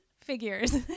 figures